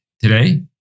today